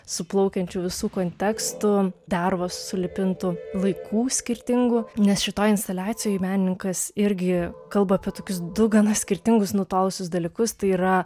suplaukiančių visų kontekstų dervos sulipintų laikų skirtingų nes šitoj instaliacijoj menininkas irgi kalba apie tokius du gana skirtingus nutolusius dalykus tai yra